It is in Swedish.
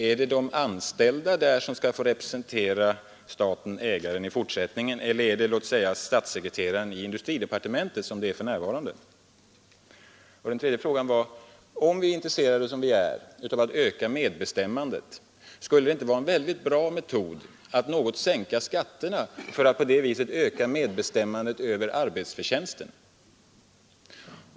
Är det de anställda där som skall få representera staten-ägaren i fortsättningen eller är det statssekreteraren i industridepartementet, som det är för närvarande? Vidare frågade jag: Skulle det inte vara en väldigt bra metod, intresserade som vi är av att öka medbestämmandet, att något sänka skatterna för att på det sättet öka medbestämmandet över arbetsförtjänsten?